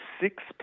Six